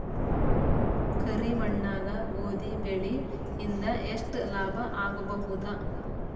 ಕರಿ ಮಣ್ಣಾಗ ಗೋಧಿ ಬೆಳಿ ಇಂದ ಎಷ್ಟ ಲಾಭ ಆಗಬಹುದ?